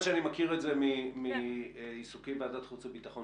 שאני מכיר את זה מעיסוקי בוועדת החוץ והביטחון,